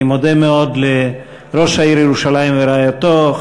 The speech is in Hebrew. אני מודה מאוד לראש העיר ירושלים ורעייתו,